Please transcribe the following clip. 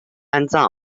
安葬